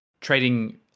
trading